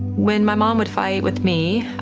when my mom would fight with me,